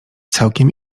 całkiem